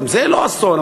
גם זה לא אסון,